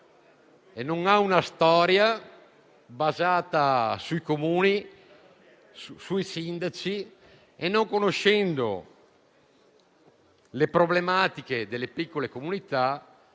non ha una storia basata sui Comuni, sui sindaci e, non conoscendo le problematiche delle piccole comunità,